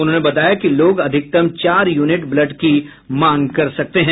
उन्होंने बताया कि लोग अधिकतम चार यूनिट ब्लड की मांग कर सकते हैं